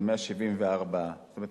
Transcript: זה 174. זאת אומרת,